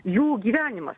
jų gyvenimas